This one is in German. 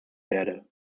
werde